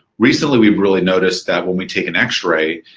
recently, we've really noticed that when we take an x-ray,